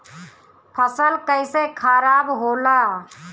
फसल कैसे खाराब होला?